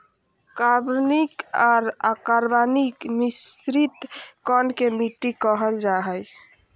कार्बनिक आर अकार्बनिक मिश्रित कण के मिट्टी कहल जा हई